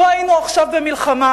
לו היינו עכשיו במלחמה,